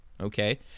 okay